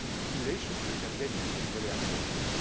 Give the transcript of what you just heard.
simulation, so you can get these things very accurately.